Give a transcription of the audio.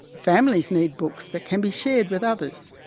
families need books that can be shared with others,